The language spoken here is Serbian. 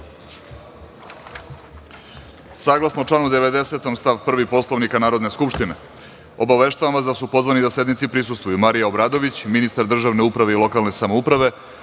građana. Saglasno članu 90. stav 1. Poslovnika Narodne skupštine, obaveštavam vas da su pozvani da sednici prisustvuju: Marija Obradović, ministar državne uprave i lokalne samouprave,